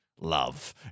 love